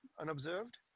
unobserved